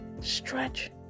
stretch